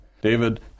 David